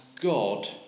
God